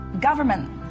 government